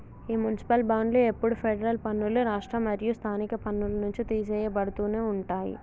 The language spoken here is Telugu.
ఈ మునిసిపాల్ బాండ్లు ఎప్పుడు ఫెడరల్ పన్నులు, రాష్ట్ర మరియు స్థానిక పన్నుల నుంచి తీసెయ్యబడుతునే ఉంటాయి